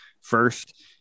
first